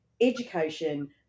education